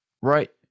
right